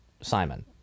Simon